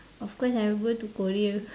of course I will go to Korea